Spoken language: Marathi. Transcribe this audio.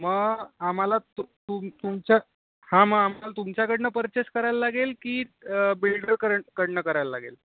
मग आम्हाला तुम तुम तुमच्या हा मग आम्हाला तुमच्याकडून पर्चेस करायला लागेल की बिल्डरकर कडून करायला लागेल